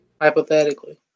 Hypothetically